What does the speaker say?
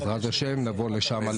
בעזרת השם נבוא לשם,